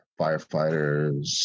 firefighters